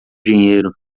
dinheiro